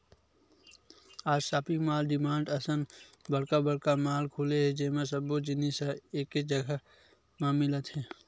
आज shopping mall, DMart असन बड़का बड़का मॉल खुले हे जेमा सब्बो जिनिस ह एके जघा म मिलत हे